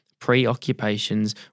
preoccupations